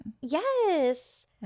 yes